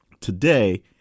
Today